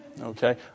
Okay